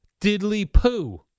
diddly-poo